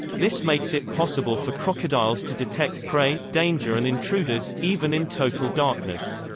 this makes it possible for crocodiles to detect prey, danger and intruders, even in total darkness.